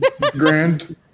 grand